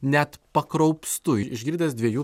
net pakraupstu išgirdęs dviejų